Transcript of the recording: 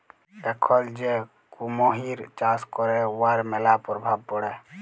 এখল যে কুমহির চাষ ক্যরে উয়ার ম্যালা পরভাব পড়ে